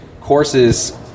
courses